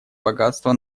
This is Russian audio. богатства